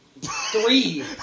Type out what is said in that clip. Three